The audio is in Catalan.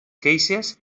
queixes